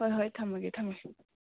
ꯍꯣꯏ ꯍꯣꯏ ꯊꯝꯃꯒꯦ ꯊꯝꯃꯒꯦ